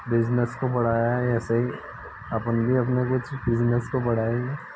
business को बढ़ाया है ऐसे ही आपन भी अपने कुछ बिजनेस को बढ़ाएंगे